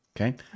okay